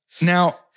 Now